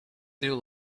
new